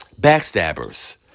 Backstabbers